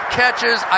catches